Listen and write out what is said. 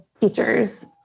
teachers